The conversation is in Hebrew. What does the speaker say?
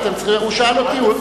הוא שאל אותי.